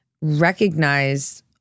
recognize